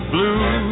blue